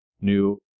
new